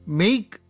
make